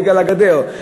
בגלל הגדר,